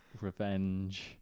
revenge